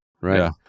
Right